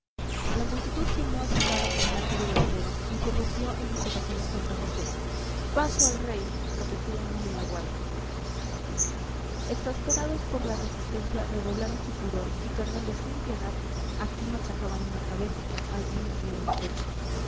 la multitud gimió azotada con látigo de acero y prorrumpió en imprecaciones contra josé paso al rey repetían los de la guardia exasperados por la resistencia redoblaron su furor y cargando sin piedad aquí machacaban una cabeza allí hundían un pecho